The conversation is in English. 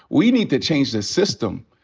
we need to change the system.